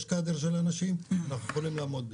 יש לנו קאדר של אנשים ואנחנו נוכל לעמוד בזה.